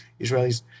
Israelis